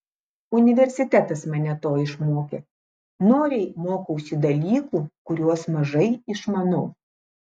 universitetas mane to išmokė noriai mokausi dalykų kuriuos mažai išmanau